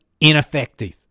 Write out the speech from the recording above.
ineffective